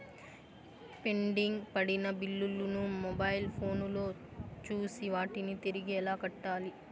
pending పడిన బిల్లులు ను మొబైల్ ఫోను లో చూసి వాటిని తిరిగి ఎలా కట్టాలి